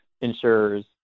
insurers